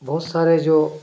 बहुत सारे जो